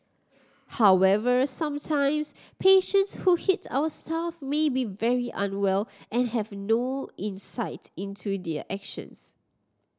however sometimes patients who hit our staff may be very unwell and have no insight into their actions